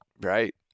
right